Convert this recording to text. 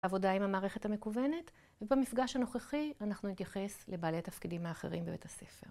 עבודה עם המערכת המקוונת, ובמפגש הנוכחי אנחנו נתייחס לבעלי תפקידים האחרים בבית הספר.